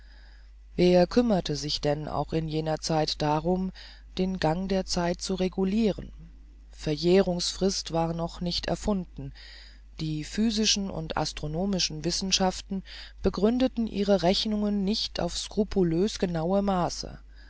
wer kümmerte sich denn auch zu jener zeit darum den gang der zeit zu reguliren rechtsverjährungsfrist war noch nicht erfunden die physischen und astronomischen wissenschaften begründeten ihre rechnungen nicht auf scrupulös genaue maße